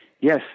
Yes